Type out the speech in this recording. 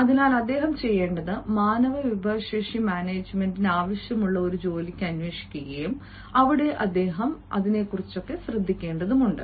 അതിനാൽ അദ്ദേഹം ചെയ്യേണ്ടത് മാനവ വിഭവശേഷി മാനേജുമെന്റ് ആവശ്യമുള്ള ഒരു ജോലി അന്വേഷിക്കും അവിടെ അദ്ദേഹം ശ്രദ്ധിക്കേണ്ടതുണ്ട്